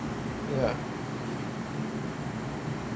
ya